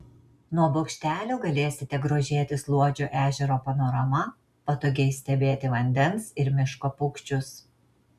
nuo bokštelio galėsite grožėtis luodžio ežero panorama patogiai stebėti vandens ir miško paukščius